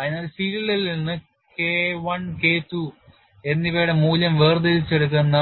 അതിനാൽ ഫീൽഡിൽ നിന്ന് K I K II എന്നിവയുടെ മൂല്യം വേർതിരിച്ചെടുക്കുന്ന